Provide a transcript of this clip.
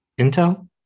Intel